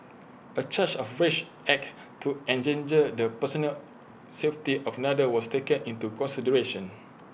A charge of rash act to endanger the personal safety of another was taken into consideration